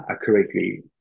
accurately